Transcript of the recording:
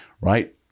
right